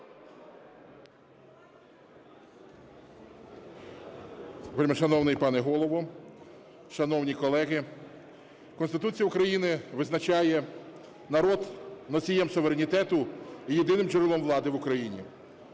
Вельмишановний пане Голово, шановні колеги, Конституція України визначає народ носієм суверенітету і єдиним джерелом влади в Україні.